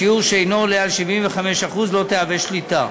בשיעור שאינו עולה על 75%, לא תיחשב שליטה.